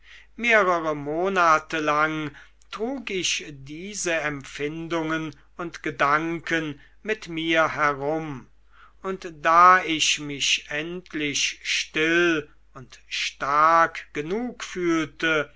mehrere monate lang trug ich diese empfindungen und gedanken mit mir herum und da ich mich endlich still und stark genug fühlte